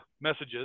messages